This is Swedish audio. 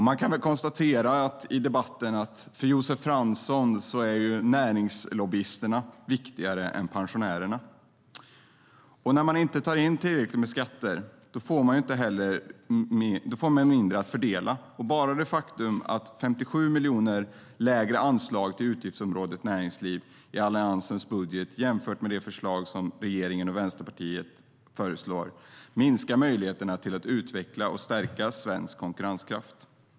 Man kan väl utifrån debatten konstatera att näringslivslobbyisterna är viktigare än pensionärerna för Josef Fransson.När man inte tar in tillräckligt med skatter får man mindre att fördela. Bara det faktum att Alliansens budget, jämfört med det förslag regeringen och Vänsterpartiet har, har ett 57 miljoner lägre anslag till utgiftsområdet Näringsliv minskar möjligheterna att utveckla och stärka svensk konkurrenskraft.